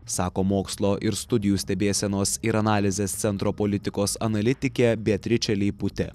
sako mokslo ir studijų stebėsenos ir analizės centro politikos analitikė beatričė leiputė